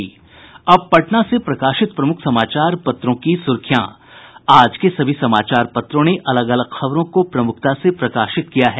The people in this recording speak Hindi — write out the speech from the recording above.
अब पटना से प्रकाशित प्रमुख समाचार पत्रों की सुर्खियां आज के सभी समाचार पत्रों ने अलग अलग खबरों को प्रमुखता से प्रकाशित किया है